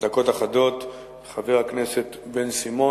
דקות אחדות חבר הכנסת בן-סימון.